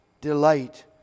delight